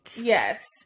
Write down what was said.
Yes